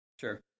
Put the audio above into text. sure